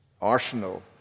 arsenal